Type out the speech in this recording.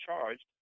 charged